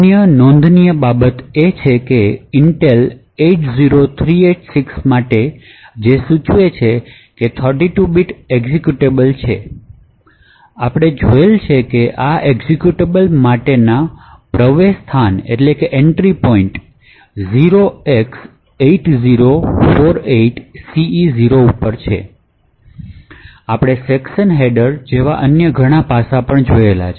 અન્ય નોંધનીય બાબતો એ છે કે Intel 80386 માટે જે સૂચવે છે કે તે 32 બીટ એક્ઝેક્યુટેબલ છે આપણે જોયું છે કે આ એક્ઝેક્યુટેબલ માટેનો પ્રવેશ સ્થાન 0x8048ce0 પર છે અને આપણે સેક્શન હેડર્સ જેવા અન્ય ઘણા પાસાં પણ જોયા છે